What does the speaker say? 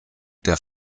der